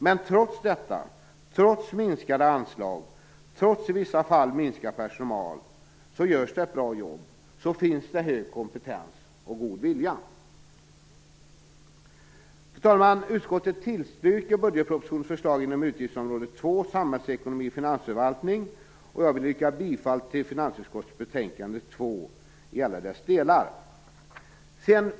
Men trots minskade anslag och trots i vissa fall minskad personal görs det ändå ett bra jobb. Trots detta finns det ändå hög kompetens och god vilja. Fru talman! Utskottet tillstyrker budgetpropositionens förslag inom utgiftsområde två, Samhällsekonomi och finansförvaltning. Jag vill yrka bifall till finansutskottets betänkande nr 2 i alla dess delar.